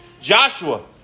Joshua